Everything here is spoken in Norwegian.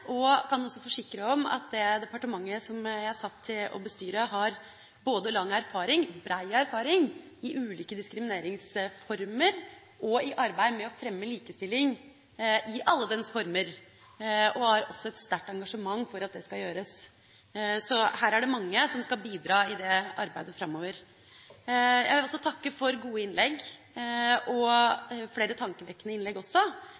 Jeg kan også forsikre om at det departementet jeg er satt til å bestyre, har lang og brei erfaring med ulike diskrimineringsformer og med arbeidet med å fremme likestilling i alle dens former. Departementet har også et sterkt engasjement for at det skal gjøres. Så her er det mange som skal bidra i arbeidet framover. Jeg vil også takke for gode innlegg – også for flere tankevekkende innlegg.